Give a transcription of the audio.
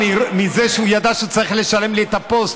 מזה שהוא ידע שהוא צריך לשלם לי על הפוסט,